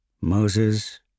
Moses